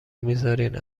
میذارین